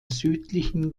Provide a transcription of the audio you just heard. südlichen